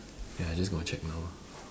ya just go and check now ah